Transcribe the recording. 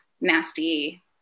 nasty